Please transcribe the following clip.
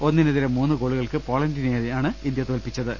ഒന്നിനെതിരെ മൂന്ന് ഗോളുകൾക്ക് പോളണ്ടിനെയാണ് ഇന്ത്യ തോൽപ്പിച്ചത്